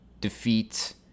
defeat